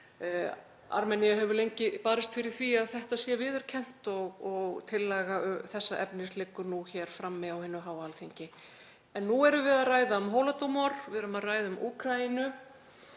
Armenía hefur lengi barist fyrir því að þetta sé viðurkennt og tillaga þessa efnis liggur nú hér frammi á hinu háa Alþingi. En nú erum við að ræða Holodomor. Við erum að ræða um Úkraínu